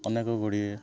ଅନେକ ଗୁଡ଼ିଏ